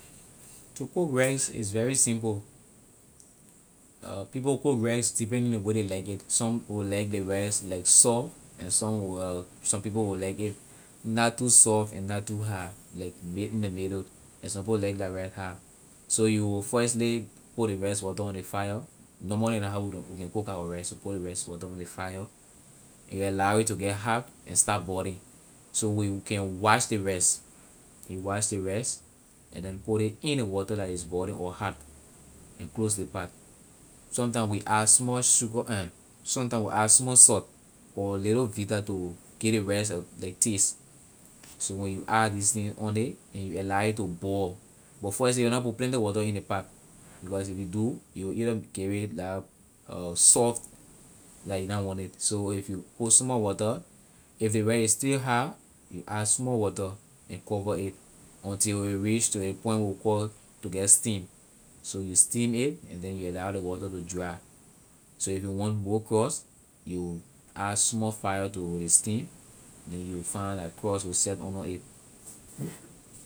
To cook rice is very simple people cook rice depending ley way ley like it some will like ley rice like soft and some will some people will like it not too soft and not too hard like in ley middle and some people like la rice hard so you will firstly put ley rice water on the fire normally la how we can cook our rice we put rice water on ley fire and allow it to get hot and start boilng so we can wash ley rice you wash ley rice and then put ley in water that is boiling or hot you close ley pot some time we add small sugar some time we add small salt with a little vita to give ley rice a like taste so when you add these things on it and you allow it to boil but firstly you will na put plenty water in ley pot because if you do you will either give it la soft la you na want it so if you put small water if ley rice is still hard you add small water and cover it until a will reach to a point we call to get stem so you stem it and then you allow ley water to dry so if you want more craws you add small fire to ley stem and then you will find like craws will set under it.